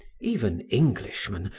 even englishmen,